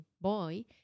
boy